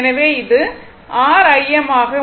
எனவே இது r Im ஆகும்